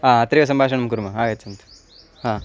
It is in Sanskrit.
आ अत्रैव सम्भाषणं कुर्मः आगच्छन्तु हा